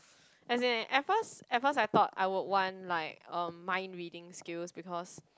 as in at first at first I thought I would want like um mind reading skills because